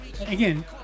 Again